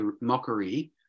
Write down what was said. mockery